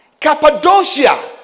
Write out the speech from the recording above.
Cappadocia